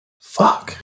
Fuck